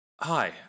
Hi